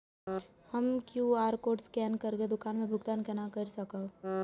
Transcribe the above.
हम Q R code scan करके दुकान में भुगतान केना कर सकब?